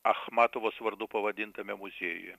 achmatovos vardu pavadintame muziejuje